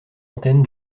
antenne